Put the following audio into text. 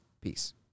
Peace